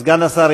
אז אין לו,